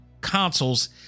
consoles